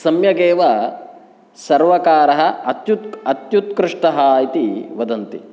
सम्यगेव सर्वकारः अत्युत्क् अत्युत्कृष्टः इति वदन्ति